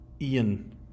Ian